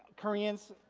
koreans,